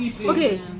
Okay